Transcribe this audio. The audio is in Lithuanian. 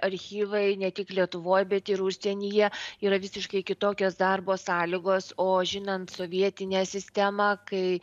archyvai ne tik lietuvoj bet ir užsienyje yra visiškai kitokios darbo sąlygos o žinant sovietinę sistemą kai